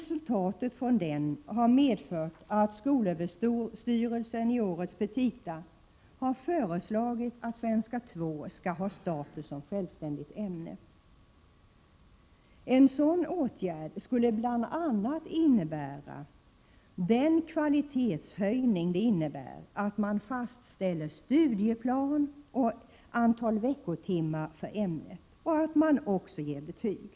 Som ett resultat därav har skolöverstyrelsen i årets petita föreslagit att svenska 2 skall ha status som självständigt ämne. En sådan åtgärd skulle bl.a. medverka till den kvalitetshöjning som ligger i att man fastställer studieplan och antal veckotimmar för ämnet samt att man sätter betyg.